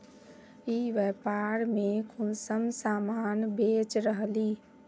ई व्यापार में कुंसम सामान बेच रहली?